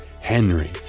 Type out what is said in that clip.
Henry